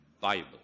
Bible